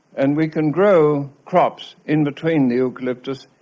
and we can grow crops in between the eucalyptus,